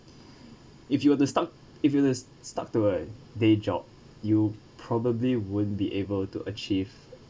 if you were to stuck if you were stuck to a day job you probably won't be able to achieve